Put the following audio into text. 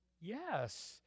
yes